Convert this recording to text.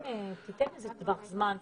אולי תיתן איזה טווח זמן.